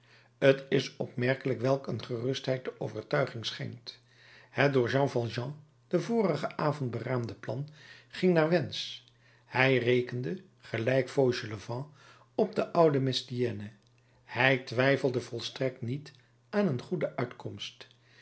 t is opmerkelijk welk een gerustheid de overtuiging schenkt het door jean valjean den vorigen avond beraamde plan ging naar wensch hij rekende gelijk fauchelevent op den ouden mestienne hij twijfelde volstrekt niet aan een goede uitkomst